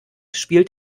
spielt